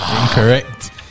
Incorrect